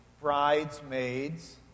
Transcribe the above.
bridesmaids